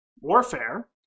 warfare